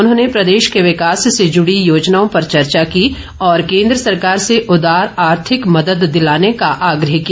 उन्होंने प्रदेश के विकास से जुड़ी योजनाओं पर चर्चा की और केन्द्र सरकार से उदार आर्थिक मदद दिलाने का आग्रह किया